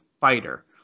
fighter